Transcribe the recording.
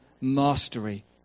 mastery